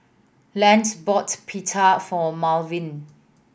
Lent bought Pita for Marvel